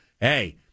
hey